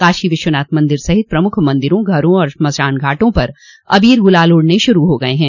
काशी विश्वनाथ मंदिर सहित प्रमुख मंदिरों घरों और शमशान घाटों पर अबोर गुलाल उड़ने शुरू हो गये हैं